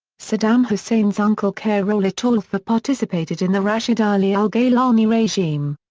saddam hussein's uncle khairallah talfah participated in the rashid ali al-gaylani regime.